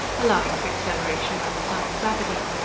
allowing for acceleration by the sun's gravity.